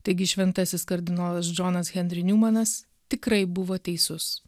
taigi šventasis kardinolas džonas henri niumanas tikrai buvo teisus